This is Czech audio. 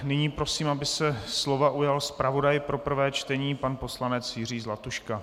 Nyní prosím, aby se slova ujal zpravodaj pro prvé čtení pan poslanec Jiří Zlatuška.